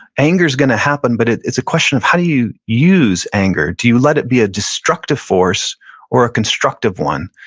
anger's gonna happen but it's a question of how do you use anger? do you let it be a destructive force or a constructive one?